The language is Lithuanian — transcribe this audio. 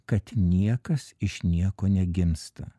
kad niekas iš nieko negimsta